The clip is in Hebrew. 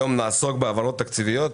היום נעסוק בהעברות תקציביות.